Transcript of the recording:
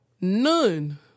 none